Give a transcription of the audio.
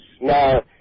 Now